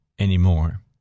anymore